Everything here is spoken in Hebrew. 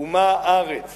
"ומה הארץ